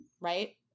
right